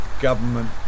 government